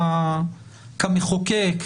כמחוקק,